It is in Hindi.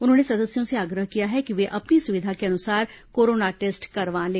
उन्होंने सदस्यों से आग्रह किया कि वे अपनी सुविधा को अनुसार कोरोना टेस्ट करवा लें